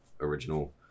original